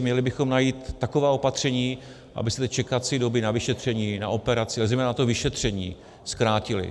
Měli bychom najít taková opatření, aby se ty čekací doby na vyšetření, na operaci, ale zejména na to vyšetření, zkrátily.